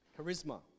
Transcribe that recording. Charisma